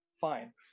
Fine